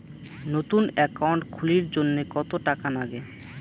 নতুন একাউন্ট খুলির জন্যে কত টাকা নাগে?